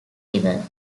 river